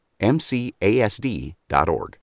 mcasd.org